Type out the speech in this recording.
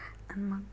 ನನ್ನ ಮ